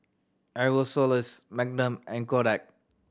Aerosoles Magnum and Kodak